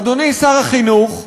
אדוני שר החינוך,